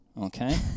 Okay